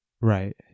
Right